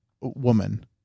woman